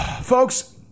Folks